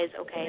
okay